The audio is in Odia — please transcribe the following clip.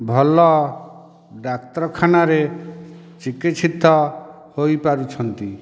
ଭଲ ଡାକ୍ତରଖାନାରେ ଚିକିତ୍ସିତ ହୋଇପାରୁଛନ୍ତି